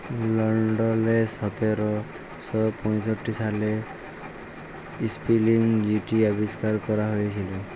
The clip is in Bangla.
লল্ডলে সতের শ পঁয়ষট্টি সালে ইস্পিলিং যিলি আবিষ্কার ক্যরা হঁইয়েছিল